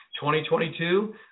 2022